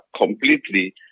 completely